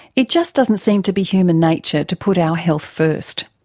it just doesn't seem to be human nature to put our health first.